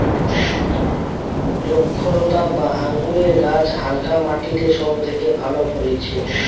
দ্রক্ষলতা বা আঙুরের গাছ হালকা মাটিতে সব থেকে ভালো ফলতিছে